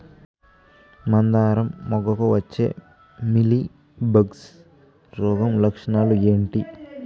మందారం మొగ్గకు వచ్చే మీలీ బగ్స్ రోగం లక్షణాలు ఏంటి?